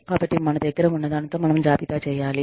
కాబట్టి మన దగ్గర ఉన్నదానితో మనము జాబితా చేయాలి